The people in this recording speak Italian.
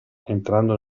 entrando